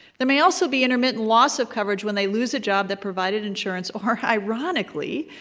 there may also be intermittent loss of coverage when they lose a job that provided insurance or, ironically,